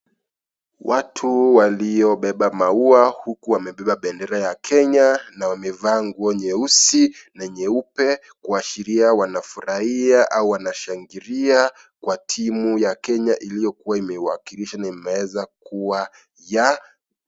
Watu waliobeba maua huku wamebeba bendera ya Kenya na wamevaa nguo nyeusi na nyeupe kuashiria wanafurahia au wanashangiria kwa timu ya Kenya iliyokua imewakilisha na imeweza kua ya.